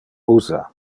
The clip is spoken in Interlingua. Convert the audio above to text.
usa